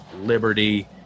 Liberty